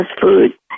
food